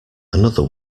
another